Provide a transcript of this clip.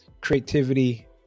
Creativity